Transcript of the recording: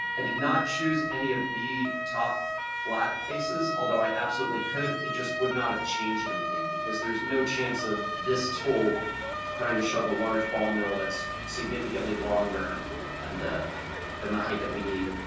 i did not choose any of the top flat faces, although i absolutely could. it just would not have changed anything because there's no chance of this tool trying to shove a large ball mill that's significantly longer and than the height that we need.